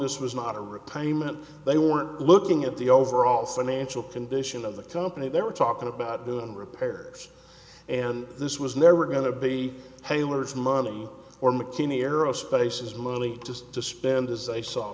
this was not a repayment they weren't looking at the overall financial condition of the company they were talking about doing repair and this was never going to be hailers money or mckinney aerospace is mostly just to spend as